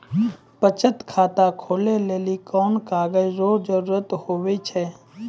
बचत खाता खोलै लेली कोन कागज रो जरुरत हुवै छै?